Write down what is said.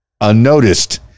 unnoticed